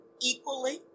equally